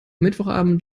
mittwochabend